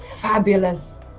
fabulous